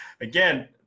Again